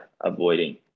avoiding